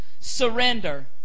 surrender